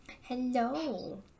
Hello